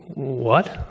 what?